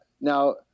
Now